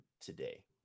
today